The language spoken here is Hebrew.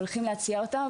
הולכים להציע אותם,